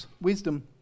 wisdom